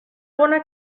bona